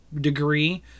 degree